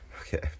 Okay